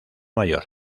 mayor